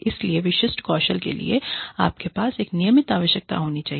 इसलिए विशिष्ट कौशल के लिए आपके पास एक नियमित आवश्यकता होनी चाहिए